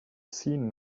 seen